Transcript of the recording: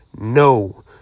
No